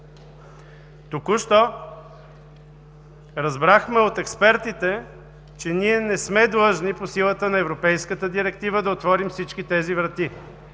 Току-що разбрахме от експертите, че ние не сме длъжни по силата на Европейската директива да отворим всички тези врати.